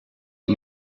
and